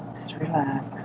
relax